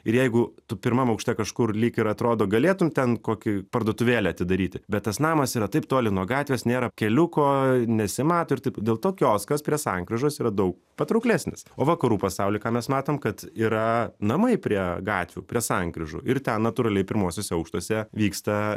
ir jeigu tu pirmam aukšte kažkur lyg ir atrodo galėtum ten kokį parduotuvėlę atidaryti bet tas namas yra taip toli nuo gatvės nėra keliuko nesimato ir taip dėl to kioskas prie sankryžos yra daug patrauklesnis o vakarų pasauly ką mes matom kad yra namai prie gatvių prie sankryžų ir ten natūraliai pirmuosiuose aukštuose vyksta